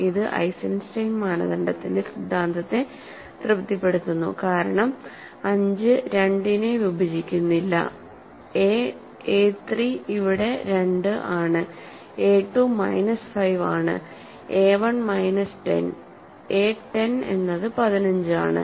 ഇത് ഐസൻസ്റ്റൈൻ മാനദണ്ഡത്തിന്റെ സിദ്ധാന്തത്തെ തൃപ്തിപ്പെടുത്തുന്നു കാരണം 5 2 നെ വിഭജിക്കുന്നില്ലഎ 3 ഇവിടെ 2 ആണ് a 2 മൈനസ് 5ആണ് എ1 മൈനസ് 10 എ 0 എന്നത് 15 ആണ്